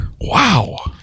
Wow